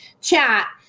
chat